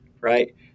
right